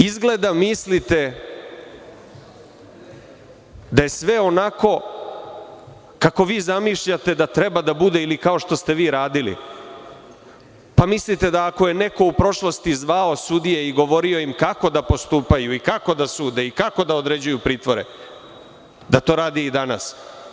Izgleda mislite da je sve onako kako vi zamišljate da treba da bude ili kao što ste vi radili, pa mislite da ako je neko u prošlosti zvao sudije i govorio im kako da postupaju i kako da sude i kako da određuju pritvore, da to rade i danas.